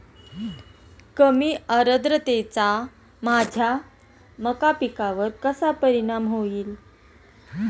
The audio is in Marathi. कमी आर्द्रतेचा माझ्या मका पिकावर कसा परिणाम होईल?